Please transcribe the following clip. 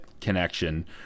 connection